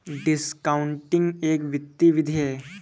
discounting एक वित्तीय विधि है